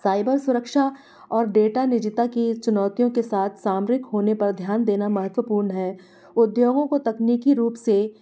cyber सुरक्षा और data निजिता की चुनौतियों के साथ सामरिक होने पर ध्यान देना महत्वपूर्ण है उद्योगों को तकनीकी रूप से